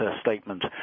statement